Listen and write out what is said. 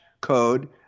code